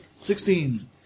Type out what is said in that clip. Sixteen